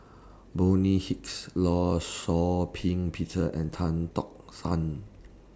Bonny Hicks law Shau Ping Peter and Tan Tock San